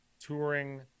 touring